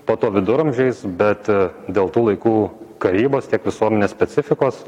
po to viduramžiais bet dėl tų laikų karybos tiek visuomenės specifikos